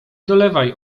dolewaj